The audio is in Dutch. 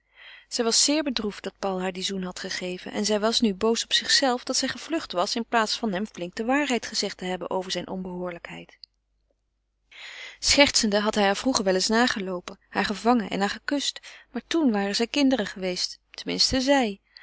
zij was zeer bedroefd dat paul haar dien zoen had gegeven en zij was nu boos op zichzelve dat zij gevlucht was in plaats van hem flink de waarheid gezegd te hebben over zijne onbehoorlijkheid schertsende had hij haar vroeger wel eens nageloopen haar gevangen en haar gekust maar toen waren zij kinderen geweest ten minste zij